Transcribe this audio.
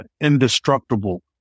indestructible